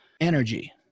Energy